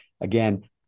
again